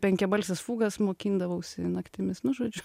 penkiabalses fugas mokindavausi naktimis nu žodžiu